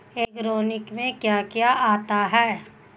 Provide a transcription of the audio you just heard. Organic में क्या क्या आता है?